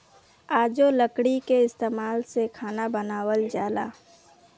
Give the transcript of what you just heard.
आजो लकड़ी के इस्तमाल से खाना बनावल जाला